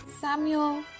Samuel